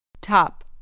Top